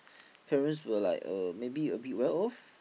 parents were like uh maybe a bit well off